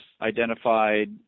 identified